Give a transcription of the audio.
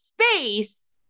space